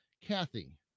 Kathy